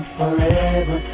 forever